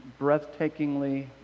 breathtakingly